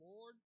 Lord